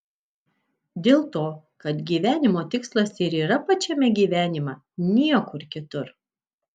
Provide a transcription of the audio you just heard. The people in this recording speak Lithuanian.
dėl to kad gyvenimo tikslas ir yra pačiame gyvenime niekur kitur